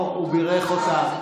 לא, הוא בירך אותם.